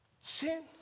sin